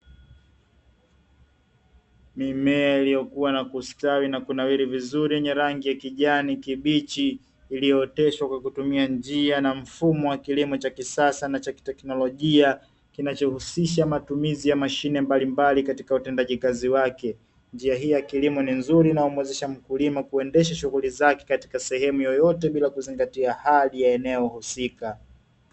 Mimea ilikua na kustawi na kunawiri vizuri yenye rangi ya kijani kibichi iliyooteshwa kwa kutumia njia na mfumo wa kilimo cha kisasa na cha kiteknolojia kinachohusisha matumizi ya mashine mbalimbali katika utendaji kazi wake, njia hii ya kilimo ni nzuri inayomuwezesha mkulima kuendesha shughuli zake katika sehemu yoyote bila kuzingatia hali ya eneo husika.